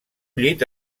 llit